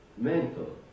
mental